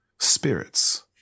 spirits